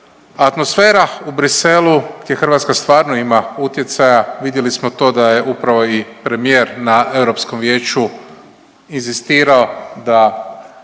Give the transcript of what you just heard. Atmosfera u Bruxellesu gdje Hrvatska stvarno ima utjecaja vidjeli smo to da je upravo i premijer na Europskom vijeću inzistirao da